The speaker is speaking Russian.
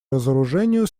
разоружению